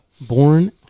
Born